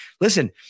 listen